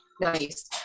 Nice